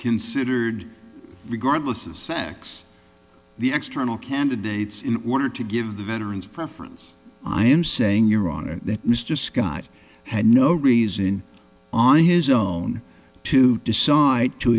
considered regardless of sex the extra nal candidates in order to give the veterans preference i am saying your honor that mr scott had no reason on his own to decide to